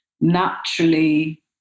naturally